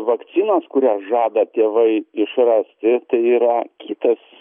vakcinos kurią žada tėvai išrasti tai yra kitas